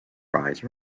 rise